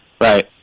Right